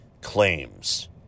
claims